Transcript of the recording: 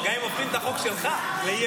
גם אם הופכים את החוק שלך לאי-אמון.